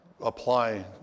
apply